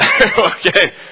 Okay